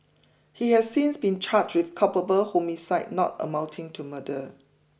he has since been charged with culpable homicide not amounting to murder